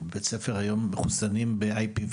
בבית הספר היום מחוסנים ב-IPV.